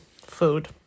food